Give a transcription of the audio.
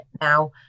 now